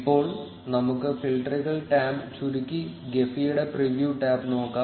ഇപ്പോൾ നമുക്ക് ഫിൽട്ടറുകൾ ടാബ് ചുരുക്കി ഗെഫിയുടെ പ്രിവ്യൂ ടാബ് നോക്കാം